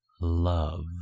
...love